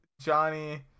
Johnny